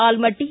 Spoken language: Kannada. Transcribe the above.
ಆಲಮಟ್ಟಿ